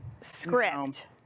script